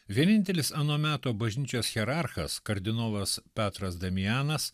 vienintelis ano meto bažnyčios hierarchas kardinolas petras damianas